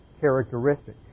characteristic